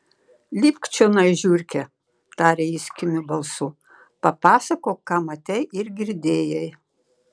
lipk čionai žiurke tarė jis kimiu balsu papasakok ką matei ir girdėjai